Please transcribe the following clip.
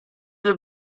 due